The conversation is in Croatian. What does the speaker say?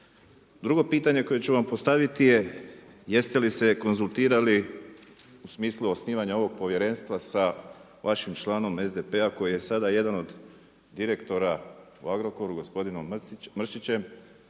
Drugo pitanje koje ću vam postaviti je, jeste li se konzultirali u smisli osnivanja ovog povjerenstva sa vašim članom SDP-a koji je sada jedan od direktora u Agrokoru, gospodinom Mršićem,